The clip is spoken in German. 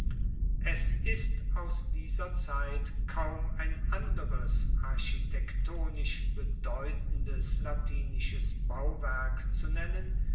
es ist aus dieser zeit kaum ein anderes architektonisch bedeutendes latinisches bauwerk zu nennen